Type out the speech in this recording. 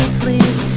please